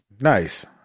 Nice